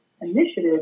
initiative